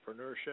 entrepreneurship